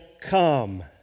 come